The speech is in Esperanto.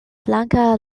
blanka